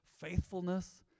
faithfulness